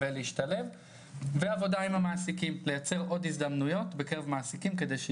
אז איך מגיעים לאותן אוכלוסיות כדי לוודא